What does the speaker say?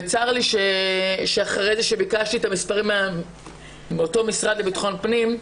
וצר לי שאחרי שביקשתי מאותו משרד לביטחון הפנים,